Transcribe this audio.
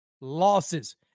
losses